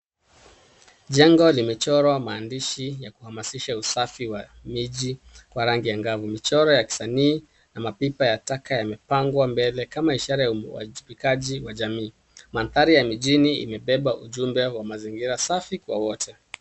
Jengo limechorwa maandishi ya kuhamashisha usafi wa miji kwa rangi angavu. Michoro ya kisanii na mapipa ya taka yamepangwa mbele kama ishara ya uwajibikaji wa jamii. Mandhari ya mijini imebeba ujumbe wa mazingira safi kwa wote.